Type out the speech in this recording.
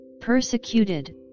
Persecuted